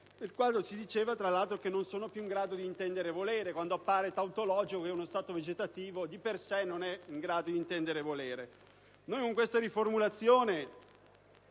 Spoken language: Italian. e si diceva tra l'altro che non sono più in grado di intendere e di volere, quando appare tautologico che nello stato vegetativo non si è in grado di intendere e di volere. Con questa riformulazione